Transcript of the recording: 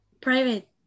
Private